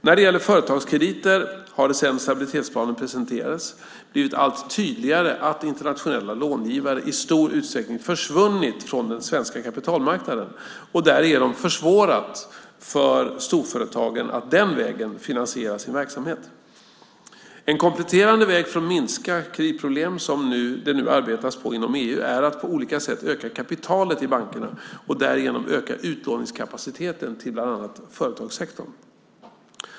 När det gäller företagskrediter har det sedan stabilitetsplanen presenterades blivit allt tydligare att internationella långivare i stor utsträckning försvunnit från den svenska kapitalmarknaden och därigenom försvårat för storföretagen att den vägen finansiera sin verksamhet. En kompletterande väg för att minska kreditproblemen som det nu arbetas på inom EU är att på olika sätt öka kapitalet i bankerna och därigenom öka utlåningskapaciteten till bland annat företagssektorn.